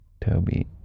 Toby